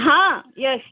हां यस